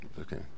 Okay